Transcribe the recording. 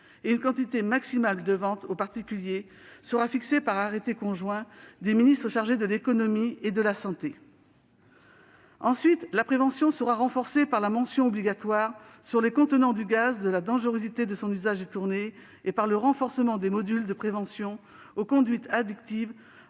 et une quantité maximale de vente aux particuliers sera fixée par arrêté conjoint des ministres chargés de l'économie et de la santé. Ensuite, la prévention sera renforcée par la mention obligatoire, sur les contenants du gaz, de la dangerosité de son usage détourné, et par le renforcement des modules de prévention aux conduites addictives